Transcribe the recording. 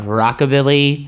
rockabilly